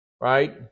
Right